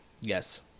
Yes